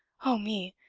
oh me,